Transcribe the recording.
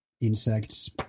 insects